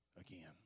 again